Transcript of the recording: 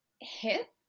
hit